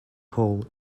hall